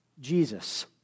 Jesus